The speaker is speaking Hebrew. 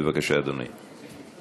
בבקשה, אדוני.